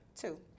Two